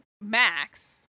Max